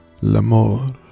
L'amour